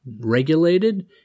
regulated